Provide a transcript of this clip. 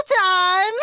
Time